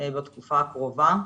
בתקופה הקרובה.